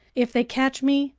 if they catch me,